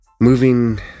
moving